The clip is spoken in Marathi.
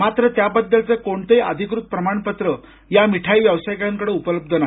मात्र त्याबद्दलच कोणतंही अधिकृत प्रमाणपत्र या मिठाई व्यावसायिकाकडं उपलब्ध नाही